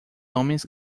homens